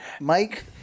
Mike